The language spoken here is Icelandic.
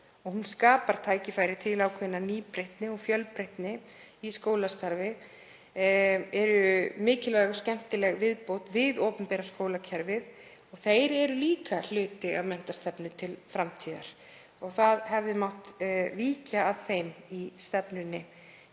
skapar tækifæri til ákveðinnar nýbreytni og fjölbreytni í skólastarfi og er mikilvæg og skemmtileg viðbót við opinbera skólakerfið. Þeir skólar eru líka hluti af menntastefnu til framtíðar. Víkja hefði mátt að þeim í stefnunni